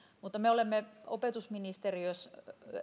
mutta me olemme opetusministeriöstä